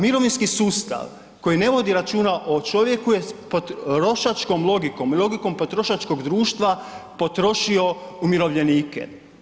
Mirovinski sustav koji ne vodi računa o čovjeku je potrošačkom logikom i logikom potrošačkog društva potrošio umirovljenike.